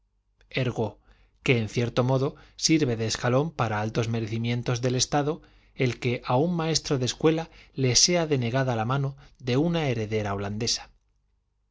ergo que en cierto modo sirve de escalón para altos merecimientos del estado el que a un maestro de escuela le sea denegada la mano de una heredera holandesa